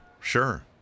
Sure